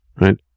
Right